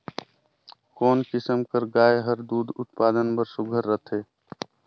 कोन किसम कर गाय हर दूध उत्पादन बर सुघ्घर रथे?